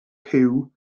puw